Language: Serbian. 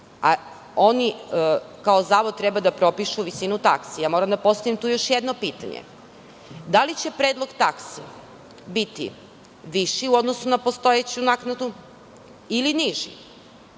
a oni, kao zavod, treba da propišu visinu taksi, moram da postavim tu još jedno pitanje - da li će predlog taksi biti viši u odnosu na postojeću naknadu ili niži?